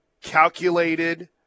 calculated